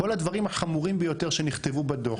כל הדברים החמורים ביותר שנכתבו בדו"ח.